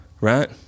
Right